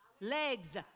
legs